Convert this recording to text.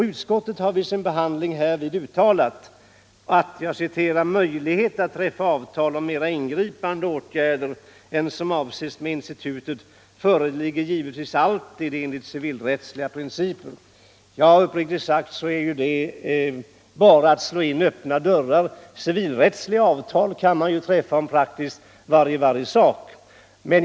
Utskottet har vid sin behandling uttalat att möjlighet att träffa avtal om mera ingripande åtgärder än som avses med institutet föreligger givetvis alltid enligt civilrättsliga principer. Ja, uppriktigt sagt är detta ju bara att slå in öppna dörrar. Civilrättsliga avtal kan man ju träffa om allting.